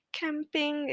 camping